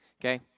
okay